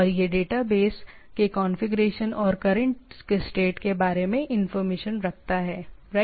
और यह डेटाबेस के कॉन्फ़िगरेशन और करंट स्टेट के बारे में इंफॉर्मेशन रखता है राइट